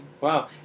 Wow